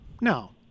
No